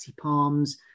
palms